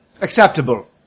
Acceptable